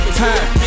time